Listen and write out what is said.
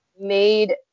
made